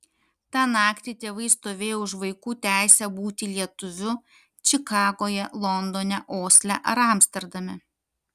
tą naktį tėvai stovėjo už vaikų teisę būti lietuviu čikagoje londone osle ar amsterdame